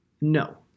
No